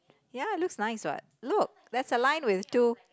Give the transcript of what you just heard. ya it looks nice what look there's a line with two